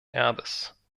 erbes